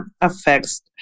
affects